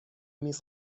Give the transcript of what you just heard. میز